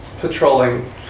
patrolling